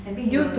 maybe you